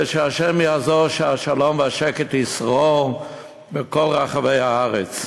ושה' יעזור שהשלום והשקט ישררו בכל רחבי הארץ,